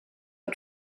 are